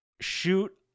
shoot